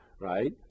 right